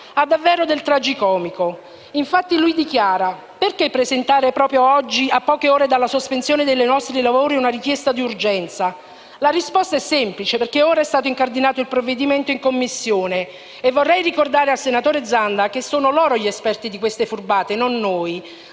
ha davvero del tragicomico. Egli infatti ha chiesto perché avessimo presentato proprio ora, a poche ore dalla sospensione dei nostri lavori, una richiesta di dichiarazione di urgenza. La risposta è semplice: ora è stato incardinato il provvedimento in Commissione. Vorrei ricordare al senatore Zanda che sono loro gli esperti di queste furbate, non noi.